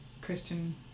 Christian